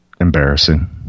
embarrassing